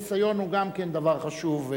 ניסיון הוא גם דבר חשוב,